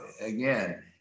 again